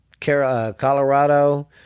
Colorado